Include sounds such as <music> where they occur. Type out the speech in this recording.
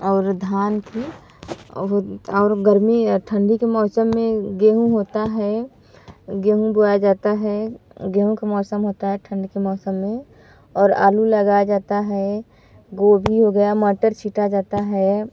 और धान की <unintelligible> और गरमी या ठंडी के मौसम में गेहूँ होता है गेहूँ बोया जाता है गेहूँ का मौसम होता है ठंड के मौसम में और आलू लगाया जाता है गोभी हो गया मटर छीटा जाता है